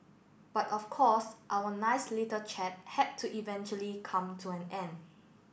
but of course our nice little chat had to eventually come to an end